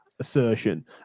assertion